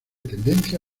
tendencia